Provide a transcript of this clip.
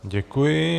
Děkuji.